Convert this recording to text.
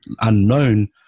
unknown